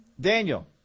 Daniel